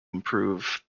improve